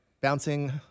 bouncing